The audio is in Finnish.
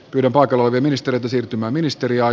pidän paikalla oli ministereitä siirtymäministeriai